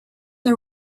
are